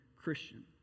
christian